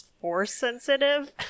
Force-sensitive